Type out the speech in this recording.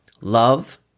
love